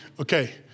Okay